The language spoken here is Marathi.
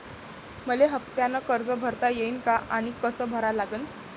मले हफ्त्यानं कर्ज भरता येईन का आनी कस भरा लागन?